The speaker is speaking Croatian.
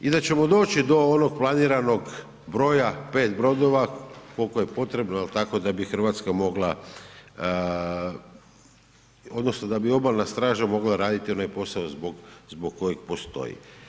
I da ćemo doći do onog planiranog broja, 5 brodova koliko je potrebno, je li tako, da bi Hrvatska mogla, odnosno da bi Obalna straža mogla raditi onaj posao zbog kojeg postoji.